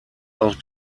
auch